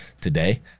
today